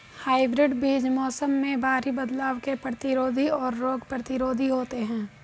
hybrid बीज मौसम में भारी बदलाव के प्रतिरोधी और रोग प्रतिरोधी होते हैं